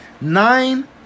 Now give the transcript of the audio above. nine